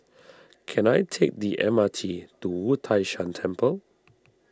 can I take the M R T to Wu Tai Shan Temple